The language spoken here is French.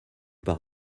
par